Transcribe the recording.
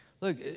look